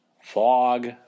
fog